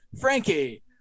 Frankie